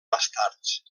bastards